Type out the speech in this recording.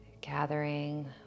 gathering